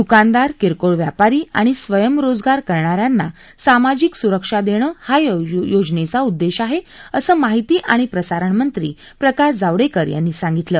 दुकानदार किरकोळ व्यापारी आणि स्वयंरोजगार करणाऱ्यांना सामाजिक सुरक्षा दक्षी हा या योजनक्ती उद्दक्षी आह्या असं माहिती आणि प्रसारण मंत्री प्रकाश जावडक्कर यांनी सांगितलं